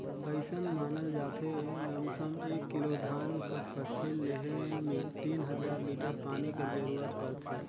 अइसन मानल जाथे लमसम एक किलो धान कर फसिल लेहे में तीन हजार लीटर पानी कर जरूरत परथे